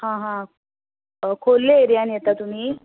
हा हा खोल्ले एरयान येता तुमी